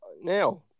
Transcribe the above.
Now